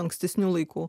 ankstesnių laikų